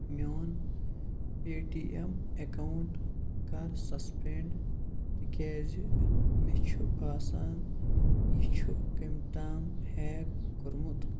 میون Paytm account کَر suspend تِکیٛازِ مےٚ چھُ باسان یہِ چھُ کٔمۍ تام ہیک کوٚرمُت